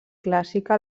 clàssica